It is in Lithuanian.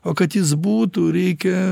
o kad jis būtų reikia